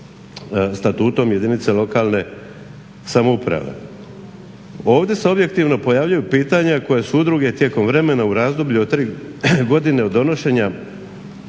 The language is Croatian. Statutom jedinice lokalne samouprave. Ovdje se objektivno pojavljuju pitanja koja su udruge tijekom vremena u razdoblju od 3 godine od donošenja